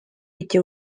эти